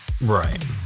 Right